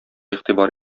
игътибар